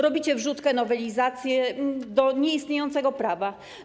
Robicie wrzutkę, nowelizację do nieistniejącego prawa.